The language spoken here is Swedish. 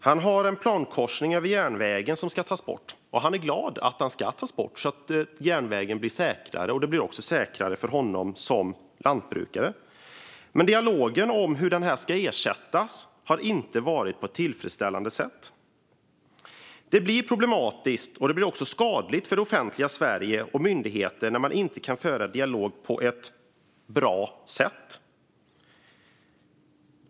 Han har en plankorsning över järnvägen som ska tas bort. Han är glad över att den ska tas bort så att järnvägen blir säkrare. Det blir också säkrare för honom som lantbrukare. Men dialogen om hur den ska ersättas har inte varit tillfredsställande. Det blir problematiskt och skadligt för det offentliga Sverige och för myndigheter när man inte kan föra dialog på ett bra sätt.